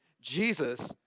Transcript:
Jesus